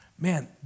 man